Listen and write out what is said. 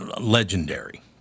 legendary